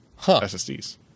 SSDs